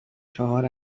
چهار